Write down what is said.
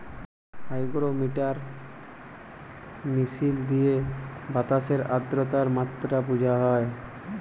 hygrometer মিশিল দিঁয়ে বাতাসের আদ্রতার মাত্রা বুঝা হ্যয়